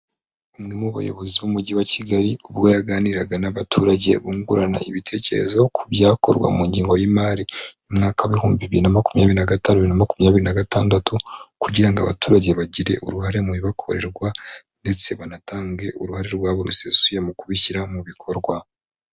Umwe mu bayobozi b'umujyi wa Kigali ubwo yaganiraga n'abaturage bungurana ibitekerezo ku byakorwa mu ngengo y'imari y'umwaka w'ibihumbi bibiri na makumyabiri na gatanu, bibiri na makumyabiri na gatandatu kugira ngo abaturage bagire uruhare mu bibakorerwa ndetse banatange uruhare rwabo rusesuye mu kubishyira mu bikorwa.